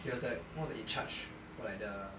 he was like one of the in charge for like the